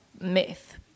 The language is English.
myth